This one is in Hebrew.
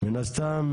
מן הסתם